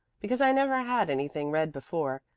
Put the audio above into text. because i never had anything read before,